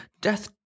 death